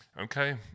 okay